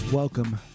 Welcome